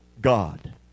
God